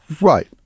Right